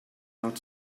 not